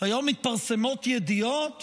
מתפרסמות ידיעות